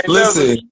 Listen